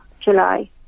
July